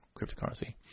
cryptocurrency